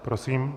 Prosím.